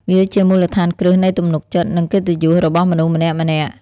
វាជាមូលដ្ឋានគ្រឹះនៃទំនុកចិត្ត និងកិត្តិយសរបស់មនុស្សម្នាក់ៗ។